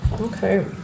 Okay